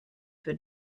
für